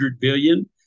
billion